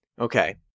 Okay